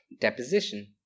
deposition